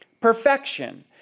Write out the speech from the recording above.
perfection